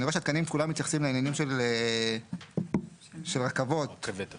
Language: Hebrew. אני רואה שכל התקנים מתייחסים לעניינים של רכבות --- רכבות,